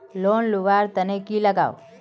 Loan लुवा र तने की लगाव?